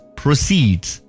proceeds